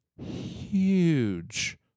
huge